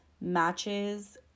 matches